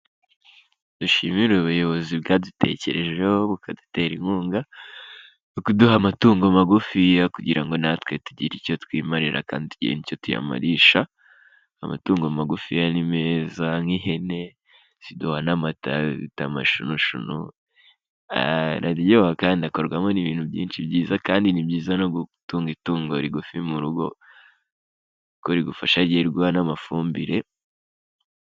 Dushimire ubuyobozi bwadutekerejeho bukadutera inkunga kuduha amatungo magufi kugira ngo natwe tugire icyo twimarira kandi igihe ni icyo tuyamarisha, amatungo magufi ni meza nk'ihene ziduha n'amata bita amashunshunu araryoha kandi akorwamo n'ibintu byinshi byiza kandi ni byiza no gutunga itungo rigufi mu rugo kuri rigufasha hari igihe riguha n'amafumbire.